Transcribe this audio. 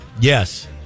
Yes